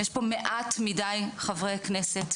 יש פה מעט מידי חברי כנסת,